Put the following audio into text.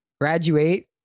graduate